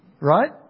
Right